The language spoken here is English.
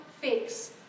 fix